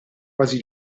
quasi